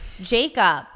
Jacob